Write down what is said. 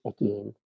again